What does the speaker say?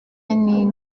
nti